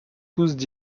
poussent